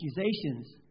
accusations